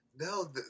No